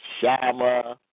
Shama